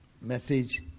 message